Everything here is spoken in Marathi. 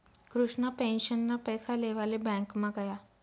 कृष्णा पेंशनना पैसा लेवाले ब्यांकमा गया